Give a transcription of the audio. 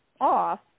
off